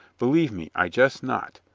believe me, i jest not.